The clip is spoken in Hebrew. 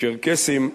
צ'רקסים,